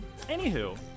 Anywho